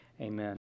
Amen